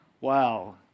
Wow